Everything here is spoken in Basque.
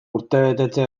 urtebetetze